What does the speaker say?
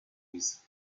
his